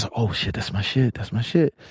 ah oh shit, that's my shit, that's my shit.